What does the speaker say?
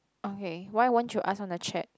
okay why won't you ask on the chat